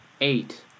Eight